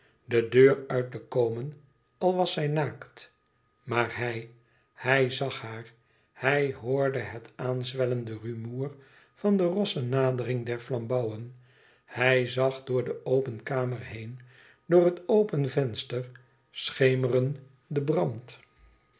de deur uit te komen al was zij naakt maar hij hij zag haar en hij hoorde het aanzwellende rumoer van de rosse nadering der flambouwen hij zag door de open kamer heen door het open venster schemeren de brand